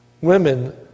women